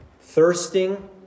thirsting